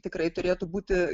tikrai turėtų būti